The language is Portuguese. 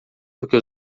porque